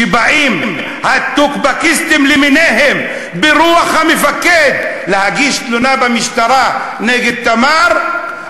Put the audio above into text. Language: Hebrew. שבאים הטוקבקיסטים למיניהם ברוח המפקד להגיש תלונה במשטרה נגד תמר,